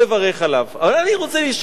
אבל אני רוצה לשאול שאלת תם: